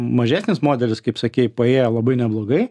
mažesnis modelis kaip sakei paėjo labai neblogai